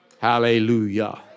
Hallelujah